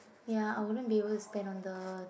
ya I wouldn't be able to stand under